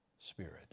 spirit